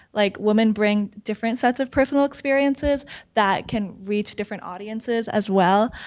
like women bring different sets of personal experiences that can reach different audiences as well.